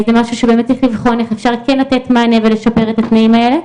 זה משהו שבאמת צריך לבחון איך אפשר כן לתת מענה ולשפר את התנאים האלה,